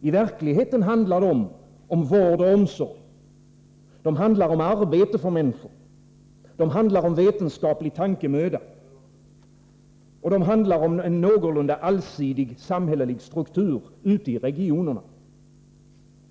I verkligheten handlar det om vård och omsorg, om arbete för människor och om vetenskaplig tankemöda. Det handlar om en någorlunda allsidig samhällelig struktur ute i regionerna.